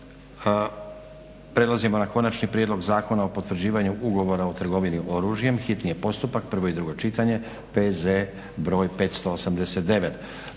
prelazimo na - Konačni prijedlog zakona o potvrđivanju Ugovora o trgovini oružjem, hitni postupak, prvo i drugo čitanje, P.Z. br. 589.